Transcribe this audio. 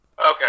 okay